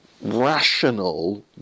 rational